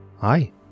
Hi